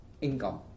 income